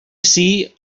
ací